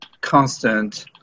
constant